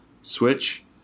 Switch